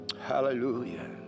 Hallelujah